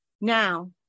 Now